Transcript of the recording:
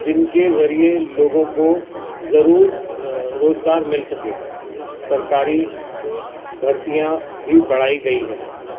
جن کے ذریعے لوگوں کو ضرور روزگار مل سکے سرکاری بھرتیاں بھی بڑھائی گئی ہیں